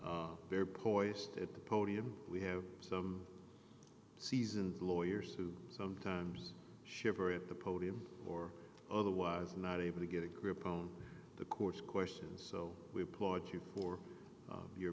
in there poised at the podium we have some seasoned lawyers who sometimes shiver at the podium or otherwise not able to get a grip on the court's questions so we applaud you for your